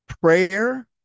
prayer